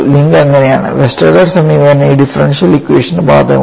link അങ്ങനെയാണ് Westergaard സമീപനം ഈ ഡിഫറെൻഷ്യൽ ഇക്വേഷന് ബാധകമാണ്